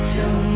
Till